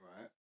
right